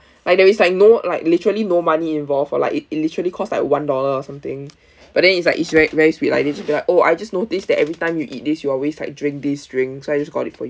like there is like no like literally no money involved or like it it literally cost like one dollar or something but then it's like it's very very sweet lah like they just be like oh I just noticed that every time you eat this you always like drink this drink so I just got it for you